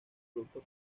producto